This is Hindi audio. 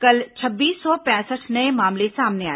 कल छब्बीस सौ पैंसठ नये मामले सामने आए